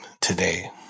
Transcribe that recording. today